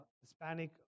Hispanic